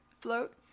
float